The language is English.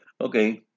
Okay